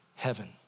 heaven